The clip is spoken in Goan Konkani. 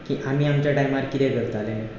की आमी आमच्या टायमार कितें करताले